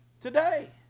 Today